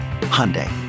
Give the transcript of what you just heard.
Hyundai